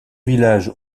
villages